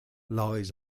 lies